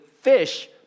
fish